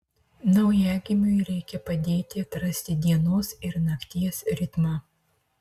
naujagimiui reikia padėti atrasti dienos ir nakties ritmą